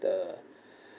the